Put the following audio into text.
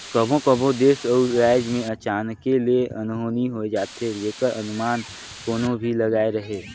कभों कभों देस अउ राएज में अचानके ले अनहोनी होए जाथे जेकर अनमान कोनो नी लगाए रहें